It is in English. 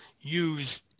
use